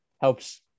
helps